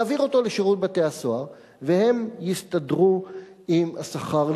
יעביר אותו לשירות בתי-הסוהר, והם יסתדרו עם השכר.